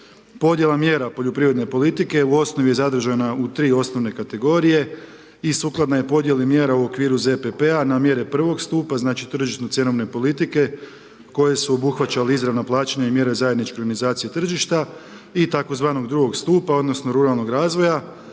Podjela mjera poljoprivredne politike u osnovi je zadržana u tri osnovne kategorije i sukladna je podjeli mjera u okviru ZPP-a na mjere prvog stupa, znači tržišno-cjenovne politike koje su obuhvaćale izravna plaćanja i mjere zajedničke organizacije tržišta i tzv. drugog stupa odnosno ruralnog razvoja,